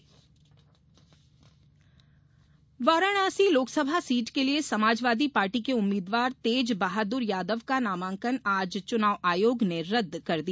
नामांकन रदद यादव वाराणसी लोकसभा सीट के लिए समाजवादी पार्टी के उम्मीदवार तेज बहाद्र यादव का नामांकन आज चुनाव आयोग ने रद्द कर दिया